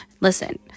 listen